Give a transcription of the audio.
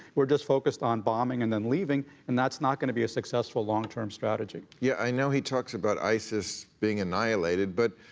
we're just focused on bombing and then leaving, and that's not gonna be a successful long-term strategy. yeah, i know he talks about isis being annihilated, but.